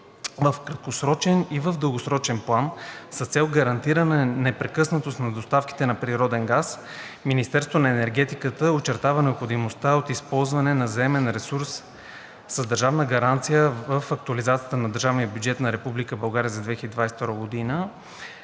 В краткосрочен и в дългосрочен план, с цел гарантиране непрекъснатост на доставките на природен газ Министерството на енергетиката очертава необходимостта от използване на заемен ресурс с държавна гаранция в актуализацията на държавния бюджет